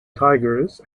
tigers